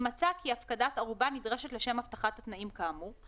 מצא כי הפקדת ערובה נדרשת לשם הבטחת התנאים כאמור,